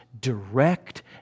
Direct